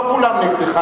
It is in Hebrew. לא כולם נגדך,